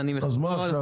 אז מה עכשיו?